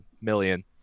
million